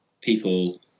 people